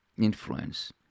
influence